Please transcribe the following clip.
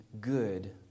good